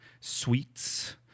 sweets